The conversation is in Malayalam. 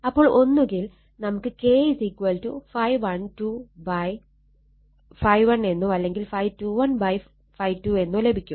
അപ്പോൾ ഒന്നുകിൽ നമുക്ക് K ∅12 ∅1 എന്നോ അല്ലെങ്കിൽ ∅21 ∅2 എന്നോ ലഭിക്കും